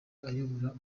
akayobora